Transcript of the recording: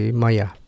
maya